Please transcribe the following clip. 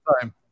time